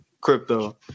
crypto